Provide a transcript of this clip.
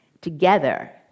Together